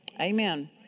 Amen